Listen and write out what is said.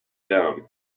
down